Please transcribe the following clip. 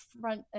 front